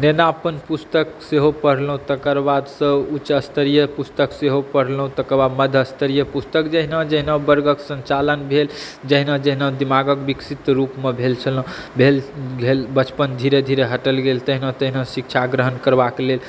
नेनापन पुस्तक सेहो पढ़लहुँ तकर बादसँ उच्च स्तरीय पुस्तक सेहो पढ़लहुँ तकर बाद मध्य स्तरीय पुस्तक जहिना जहिना वर्गक सञ्चालन भेल जहिना जहिना दिमागक विकसित रूपमे भेल छलहुँ भेल गेल बचपन धीरे धीरे हटल गेल तहिना तहिना शिक्षा ग्रहण करबाक लेल